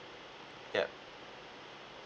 yup